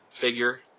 figure